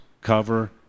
cover